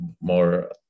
more